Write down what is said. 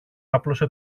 άπλωσε